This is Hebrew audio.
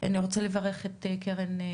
אני רוצה לסכם את הדיון.